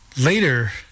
later